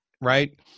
right